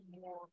more